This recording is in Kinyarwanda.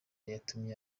yatumye